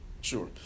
sure